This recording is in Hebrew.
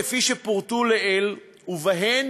כפי שפורטו לעיל, ובהן: